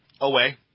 Away